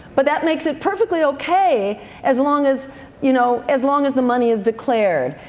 but that makes it perfectly okay as long as you know as long as the money is declared.